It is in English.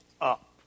up